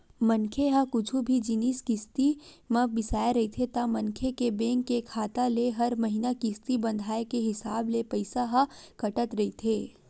मनखे ह कुछु भी जिनिस किस्ती म बिसाय रहिथे ता मनखे के बेंक के खाता ले हर महिना किस्ती बंधाय के हिसाब ले पइसा ह कटत रहिथे